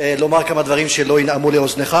לומר כמה דברים שלא ינעמו לאוזניך,